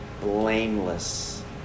blameless